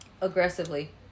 aggressively